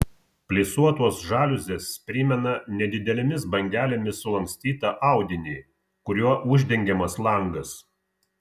plisuotos žaliuzės primena nedidelėmis bangelėmis sulankstytą audinį kuriuo uždengiamas langas